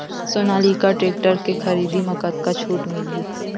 Sonalika tractor के खरीदी मा कतका छूट मीलही?